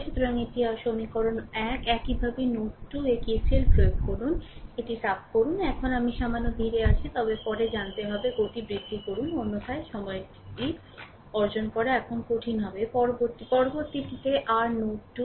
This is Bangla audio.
সুতরাং এটি r সমীকরণ 1 একইভাবে নোড 2 এ KCL প্রয়োগ করুন এটি সাফ করুন এখন আমি সামান্য ধীরে আছি তবে পরে জানতে হবে গতি বৃদ্ধি করুন অন্যথায় সময়টি অর্জন করা এখন কঠিন হবে পরবর্তী পরবর্তীটি r নোড 2